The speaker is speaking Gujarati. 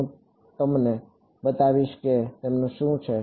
હું તમને બતાવીશ કે તેમનું શું છે